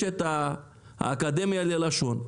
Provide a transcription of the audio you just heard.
יש את האקדמיה ללשון.